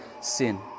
sin